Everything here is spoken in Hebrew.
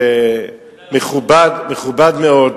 מכובד מאוד,